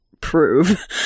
prove